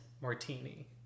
Martini